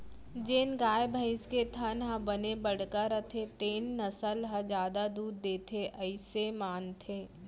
जेन गाय, भईंस के थन ह बने बड़का रथे तेन नसल ह जादा दूद देथे अइसे मानथें